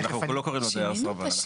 אנחנו לא קוראים לו דייר סרבן,